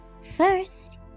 First